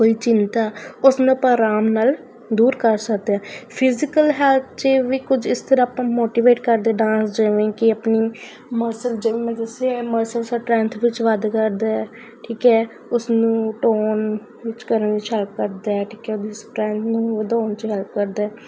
ਕੋਈ ਚਿੰਤਾ ਉਸਨੂੰ ਆਪਾਂ ਆਰਾਮ ਨਾਲ ਦੂਰ ਕਰ ਸਕਦੇ ਹਾਂ ਫਿਜੀਕਲ ਹੈਲਥ 'ਚ ਵੀ ਕੁਝ ਇਸ ਤਰ੍ਹਾਂ ਆਪਾਂ ਨੂੰ ਮੋਟੀਵੇਟ ਕਰਦੇ ਡਾਂਸ ਜਿਵੇਂ ਕਿ ਆਪਣੀ ਮਸਲ ਜਿਵੇਂ ਮੈਂ ਦੱਸਿਆ ਮਸਲ ਸੰਟ੍ਰੈਂਥ ਵਿੱਚ ਵਾਧਾ ਕਰਦਾ ਠੀਕ ਹੈ ਉਸਨੂੰ ਟੋਨ ਵਿੱਚ ਕਰਨ ਵਿੱਚ ਹੈਲਪ ਕਰਦਾ ਠੀਕ ਹੈ ਉਹਦੀ ਸੰਟ੍ਰੈਂਥ ਨੂੰ ਵਧਾਉਣ 'ਚ ਹੈਲਪ ਕਰਦਾ